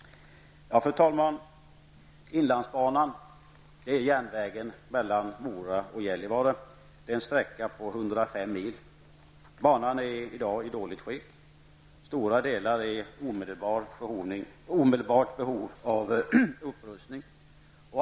Fru talman! Inlandsbanan är järnvägen mellan Mora och Gällivare. Det är en sträcka på 105 mil. Banan är i dag i dåligt skick. Stora delar är i omedelbart behov av upprustning.